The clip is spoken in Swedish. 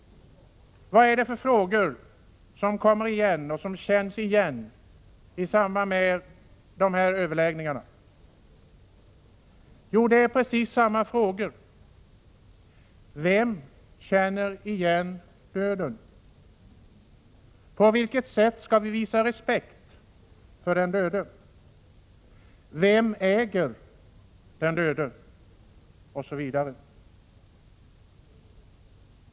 Vad är det för frågor som kommer igen och som känns igen i samband med överläggningarna i dag? Jo, det är precis samma frågor som mötte det lilla barnet. Vem känner igen döden? På vilket sätt skall vi visa respekt för den döde? Vem äger den döde?